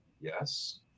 yes